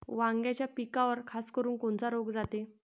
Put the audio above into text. वांग्याच्या पिकावर खासकरुन कोनचा रोग जाते?